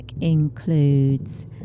includes